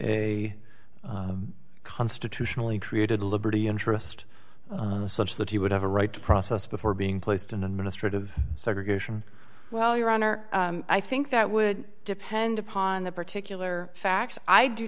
a constitutionally created liberty interest such that he would have a right to process before being placed in the ministry of segregation well your honor i think that would depend upon the particular facts i do